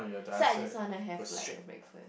so I just wanna have like a breakfast